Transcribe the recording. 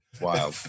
Wow